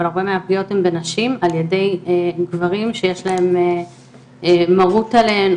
אבל הרבה מהפגיעות הן בנשים על ידי גברים שיש להם מרות עליהן,